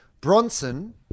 Bronson